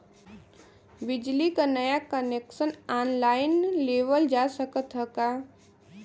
बिजली क नया कनेक्शन ऑनलाइन लेवल जा सकत ह का?